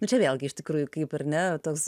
nu čia vėlgi iš tikrųjų kaip ir ne toks